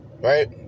right